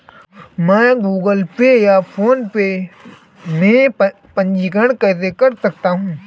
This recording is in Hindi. मैं गूगल पे या फोनपे में पंजीकरण कैसे कर सकता हूँ?